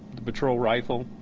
the patrol rifle.